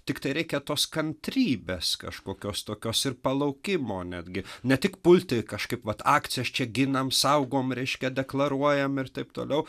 tiktai reikia tos kantrybės kažkokios tokios ir palaukimo netgi ne tik pulti kažkaip vat akcijos čia ginam saugom reiškia deklaruojam ir taip toliau